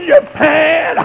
Japan